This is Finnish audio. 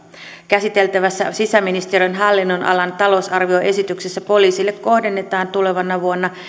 käsiteltävässä sisäministeriön hallinnonalan talousarvioesityksessä poliisille kohdennetaan tulevana vuonna